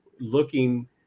looking